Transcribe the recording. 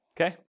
Okay